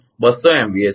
a છે